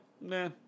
nah